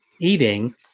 eating